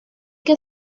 que